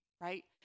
right